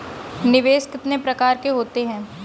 निवेश कितने प्रकार के होते हैं?